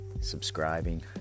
subscribing